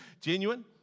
Genuine